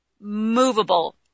movable